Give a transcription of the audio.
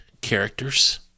characters